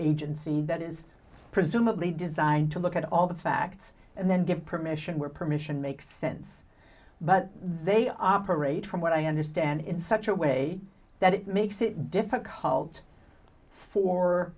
agency that is presumably designed to look at all the facts and then give permission where permission makes sense but they operate from what i understand in such a way that it makes it difficult for